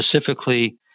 specifically